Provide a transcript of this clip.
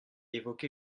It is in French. évoqué